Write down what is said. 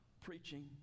preaching